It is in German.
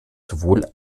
sowohl